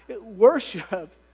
Worship